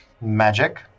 Magic